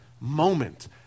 moment